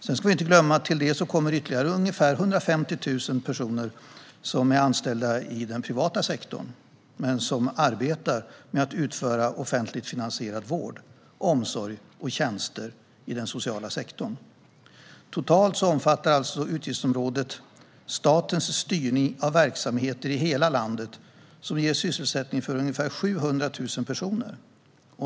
Vi ska inte glömma att det till detta kommer ytterligare ungefär 150 000 personer som är anställda i den privata sektorn, men som arbetar med att utföra offentligt finansierad vård, omsorg och tjänster i den sociala sektorn. Totalt omfattar alltså utgiftsområdet statens styrning av verksamheter i hela landet som ger sysselsättning för ungefär 700 000 personer.